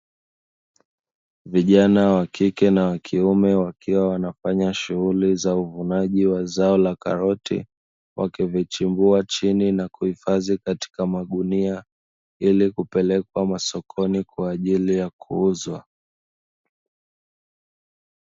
Vijana wa kike na wa kiume, wakiwa wanafanya zoezi la uvunaji wa karoti, wakivichimbua chini na kuvihifadhi katika magunia ili kupelekwa masokoni kwa ajili ya kuuzwa.